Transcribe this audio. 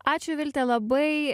ačiū vilte labai